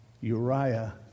Uriah